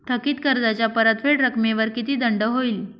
थकीत कर्जाच्या परतफेड रकमेवर किती दंड होईल?